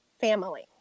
family